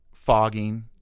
Fogging